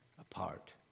apart